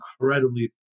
incredibly